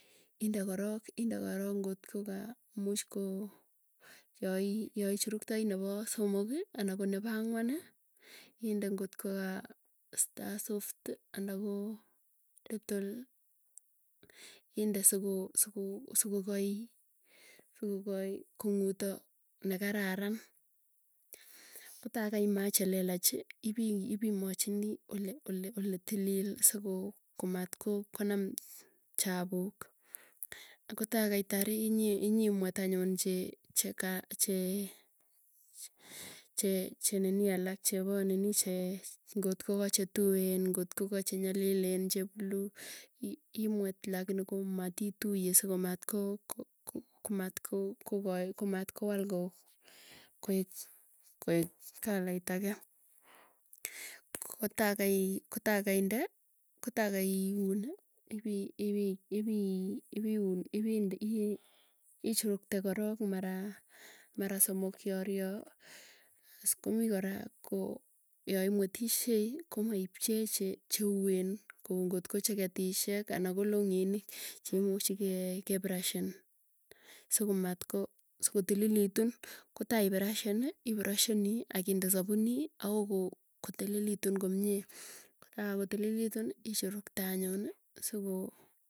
Inde korok inde korok ngot ko ga muuch koo yai yai churuktai nepo somok, ana nepo an'gwan inde kot kowa star soft anda ko detol inde sugo sugo sugoi sugokai kon'guto nekeraran. Kotaa kaima chelelachi ipimaachini ole, ole ole tilil sikoo matkonam chapuk akotai kaitari inyi inyimwet anyun nini che ngotko ka chetuen ngotko ka chenyalilen, che blue imwet lakini ko matituiye, siko matko ko komatko kowal ko koek colait ake. Kotaa kai ko taa kainde kotaa kaiuni ichurukte korok mara maraa somok kioryoo aas komii kora, ko yaimwetishei komai pchee che cheuen ko ngotko jeketishek ana ko long'inik cheimuchi kee kebrashan. Soko matko sokotililituin kotai ibrashani ibrashanii akinde sapunii ako ko kotililitun komie kakotililitun ichurukte anyun sukoo.